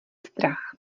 strach